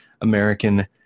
American